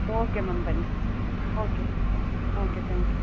okay ma'am ಬನ್ನಿ okay okay thank you